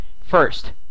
First